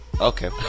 Okay